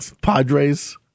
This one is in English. Padres